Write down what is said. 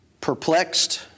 Perplexed